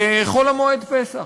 בחול-המועד פסח.